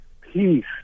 peace